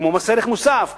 כמו מס ערך מוסף ומכס,